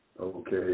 Okay